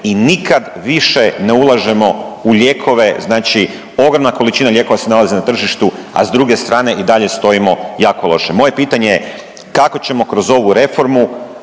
i nikad više ne ulažemo u lijekove, znači ogromna količina lijekova se nalazi na tržištu, a s druge strane i dalje stojimo jako loše. Moje pitanje je kako ćemo kroz ovu reformu